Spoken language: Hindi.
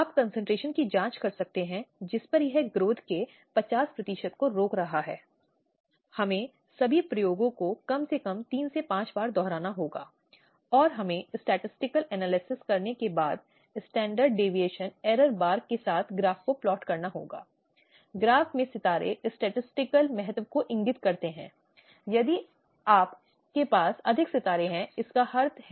बलात्कार की प्रकृति के यौन हमलों की और इसलिए 2013 में सुप्रीम कोर्ट ने यह बहुत स्पष्ट कर दिया कि पार्टियों के बीच समझौता सुलह या मध्यस्थता की कोई भी स्थिति नहीं हो सकती है